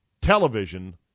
Television